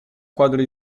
quadro